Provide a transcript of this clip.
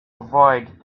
avoid